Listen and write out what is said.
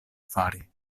fari